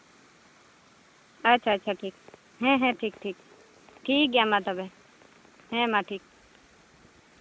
ᱟᱪᱪᱷᱟ ᱟᱪᱪᱷᱟ ᱴᱷᱤᱠ ᱦᱮᱸ ᱦᱮᱸ ᱴᱷᱤᱠ ᱴᱷᱤᱠ ᱴᱷᱤᱠᱜᱮᱭᱟ ᱢᱟ ᱛᱚᱵᱮ ᱦᱮᱸᱢᱟ ᱴᱷᱤᱠ